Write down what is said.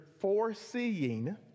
foreseeing